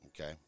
Okay